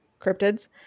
cryptids